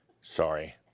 Sorry